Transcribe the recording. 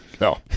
no